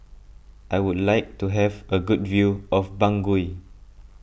I would like to have a good view of Bangui